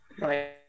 right